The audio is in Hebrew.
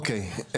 אוקיי,